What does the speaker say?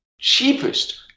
cheapest